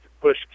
push